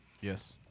Yes